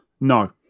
No